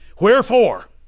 Wherefore